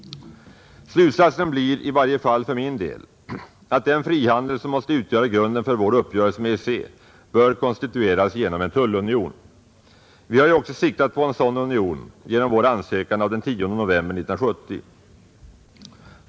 Slutsatsen blir i varje fall för min del att den frihandel som måste utgöra grunden för vår uppgörelse med EEC bör konstitueras genom en tullunion. Vi har ju också siktat på en sådan union genom vår ansökan av den 10 november 1970.